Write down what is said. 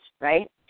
right